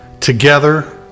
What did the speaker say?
together